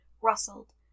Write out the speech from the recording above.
rustled